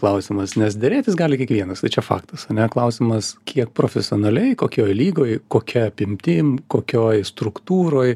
klausimas nes derėtis gali kiekvienas tai čia faktas ane klausimas kiek profesionaliai kokioj lygoj kokia apimtim kokioj struktūroj